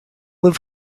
liv